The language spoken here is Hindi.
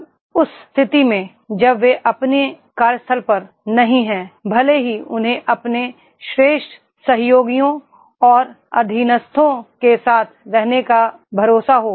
अब उस स्थिति में जब वे अपने कार्यस्थल पर नहीं हैं भले ही उन्हें अपने श्रेष्ठ सहयोगियों और अधीनस्थों के साथ रहने का भरोसा हो